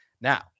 Now